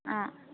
অঁ